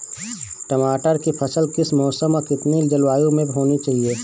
टमाटर की फसल किस मौसम व कितनी जलवायु में होनी चाहिए?